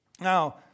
Now